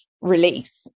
release